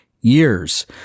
years